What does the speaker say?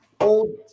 old